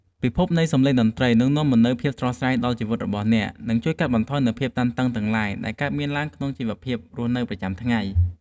ពិភពនៃសម្លេងតន្ត្រីនឹងនាំមកនូវភាពស្រស់ស្រាយដល់ជីវិតរបស់អ្នក និងជួយកាត់បន្ថយនូវភាពតានតឹងទាំងឡាយដែលកើតមានឡើងក្នុងជីវភាពរស់នៅប្រចាំថ្ងៃ។